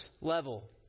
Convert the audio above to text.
level